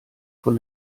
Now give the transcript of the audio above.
von